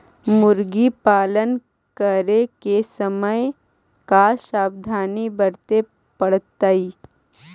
मुर्गी पालन करे के समय का सावधानी वर्तें पड़तई?